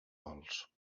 gols